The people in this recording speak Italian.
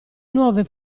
nuove